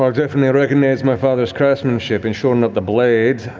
like definitely reckon my father's craftsmanship in shoring up the blade.